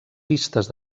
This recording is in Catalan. pistes